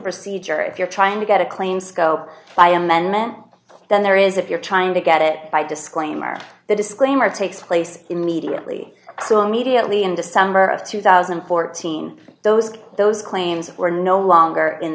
procedure if you're trying to get a claim scope by amendment then there is if you're trying to get it by disclaimer the disclaimer takes place immediately so immediately in december of two thousand and fourteen those those claims are no longer in